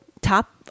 top